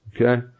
Okay